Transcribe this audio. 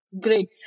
Great